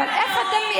איך אתם אומרים?